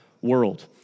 World